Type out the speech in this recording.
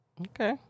Okay